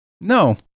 No